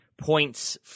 points